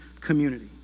community